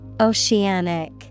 Oceanic